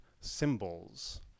symbols